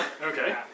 Okay